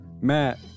Matt